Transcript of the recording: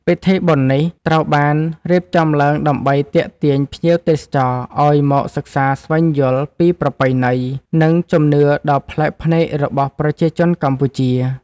ពិធីបុណ្យនេះត្រូវបានរៀបចំឡើងដើម្បីទាក់ទាញភ្ញៀវទេសចរឱ្យមកសិក្សាស្វែងយល់ពីប្រពៃណី និងជំនឿដ៏ប្លែកភ្នែករបស់ប្រជាជនកម្ពុជា។